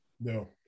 no